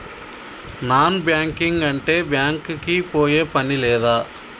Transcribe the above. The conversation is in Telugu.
నాన్ బ్యాంకింగ్ అంటే బ్యాంక్ కి పోయే పని లేదా?